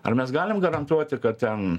ar mes galim garantuoti kad ten